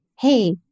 hey